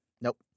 nope